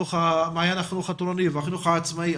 במעיין החינוך התורני והחינוך העצמאי,